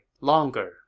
longer